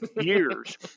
years